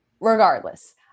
regardless